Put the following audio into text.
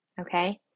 okay